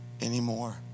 anymore